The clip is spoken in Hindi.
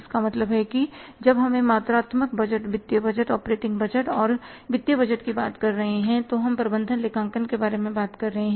तो इसका मतलब है कि जब हम मात्रात्मक बजट वित्तीय बजट ऑपरेटिंग बजट और वित्तीय बजट की बात कर रहे हैं तो हम प्रबंधन लेखांकन के बारे में बात कर रहे हैं